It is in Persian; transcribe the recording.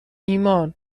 ایمان